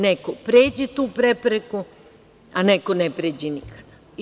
Neko pređe tu prepreku, a neko ne pređe nikada.